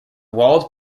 walled